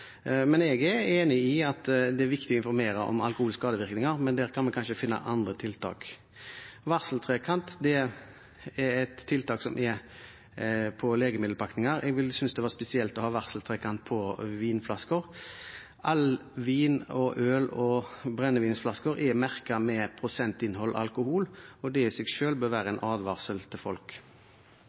Jeg er enig i at det er viktig å informere om alkoholens skadevirkninger, men vi kan kanskje finne andre tiltak. Varseltrekant er et tiltak som er på legemiddelpakninger. Jeg ville synes det var spesielt å ha varseltrekant på vinflasker. All vin og øl og alle brennevinsflasker er merket med prosentinnhold av alkohol, og det bør i seg selv være en advarsel til folk.